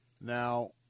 Now